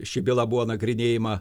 ši byla buvo nagrinėjama